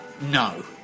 No